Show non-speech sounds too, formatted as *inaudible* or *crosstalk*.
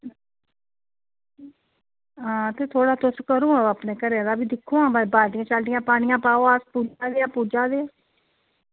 हां ते थोह्ड़ा तुस करो हां अपने घरे दा बी दिक्खो हां बाल्टियां शाल्टियां पानिया पाओ अस *unintelligible* पुज्जा दे